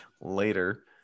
later